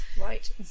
Right